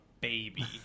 baby